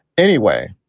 anyway,